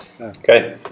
Okay